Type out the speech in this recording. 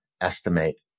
estimate